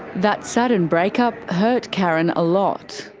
that sudden breakup hurt karen a lot.